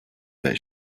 that